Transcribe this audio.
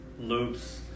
loops